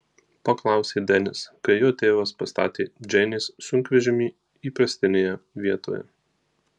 paklausė denis kai jo tėvas pastatė džeinės sunkvežimį įprastinėje vietoje